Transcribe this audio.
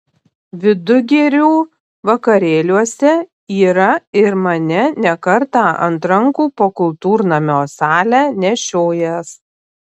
vidugirių vakarėliuose yra ir mane ne kartą ant rankų po kultūrnamio salę nešiojęs